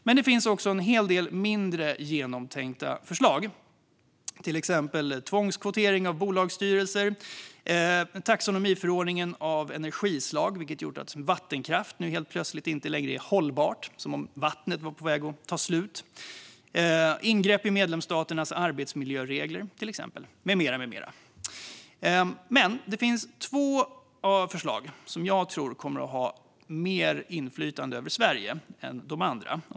Men det finns också en hel del mindre genomtänkta förslag, till exempel tvångskvotering av bolagsstyrelser, taxonomiförordningen för energislag som gjort att vattenkraft helt plötsligt inte längre är hållbar - som om vattnet var på väg att ta slut - och ingrepp i medlemsstaternas arbetsmiljöregler. Det finns två förslag som jag tror kommer att ha mer inflytande över Sverige än de andra.